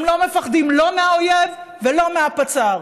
הם לא מפחדים לא מהאויב ולא מהפצ"ר,